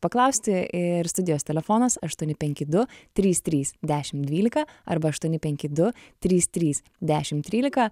paklausti ir studijos telefonas aštuoni penki du trys trys dešim dvylika arba aštuoni penki du trys trys dešim trylika